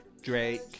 Drake